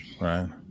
Right